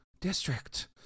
district